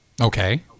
Okay